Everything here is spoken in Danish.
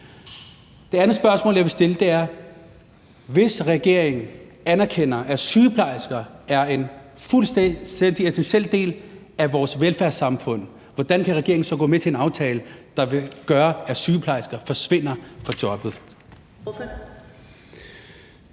Det andet spørgsmål, jeg vil stille, er: Hvis regeringen anerkender, at sygeplejersker er en fuldstændig essentiel del af vores velfærdssamfund, hvordan kan regeringen så gå med til en aftale, der vil gøre, af sygeplejersker forsvinder fra jobbet?